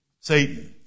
Satan